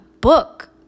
book